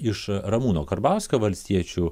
iš ramūno karbauskio valstiečių